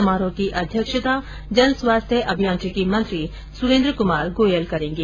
समारोह की अध्यक्षता जन स्वास्थ्य अभियांत्रिकी मंत्री सुरेन्द्र कुमार गोयल करेंगे